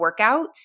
workouts